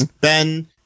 Ben